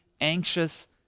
anxious